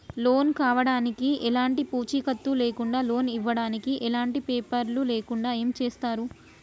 Loan కావడానికి ఎలాంటి పూచీకత్తు లేకుండా లోన్ ఇవ్వడానికి ఎలాంటి పేపర్లు లేకుండా ఏం చేస్తారు?